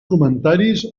comentaris